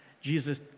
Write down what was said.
Jesus